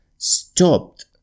stopped